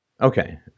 Okay